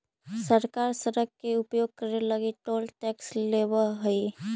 सरकार सड़क के उपयोग करे लगी टोल टैक्स लेवऽ हई